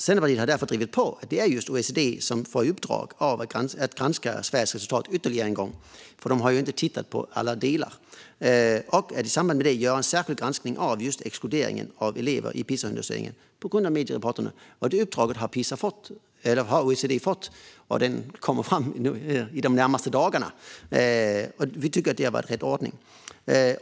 Centerpartiet har därför drivit på för att just OECD ska få i uppdrag att granska Sveriges resultat ytterligare en gång - de har ju inte tittat på alla delar - och att i samband med det göra en särskild granskning av exkluderingen av elever i PISA-undersökningen mot bakgrund av medierapporterna. Det uppdraget har OECD fått, och detta kommer att komma fram de närmaste dagarna. Vi tycker att det har varit rätt ordning.